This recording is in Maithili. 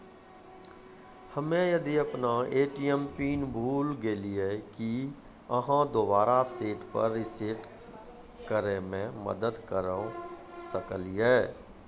हम्मे यदि अपन ए.टी.एम पिन भूल गलियै, की आहाँ दोबारा सेट या रिसेट करैमे मदद करऽ सकलियै?